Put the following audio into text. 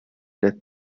death